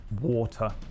water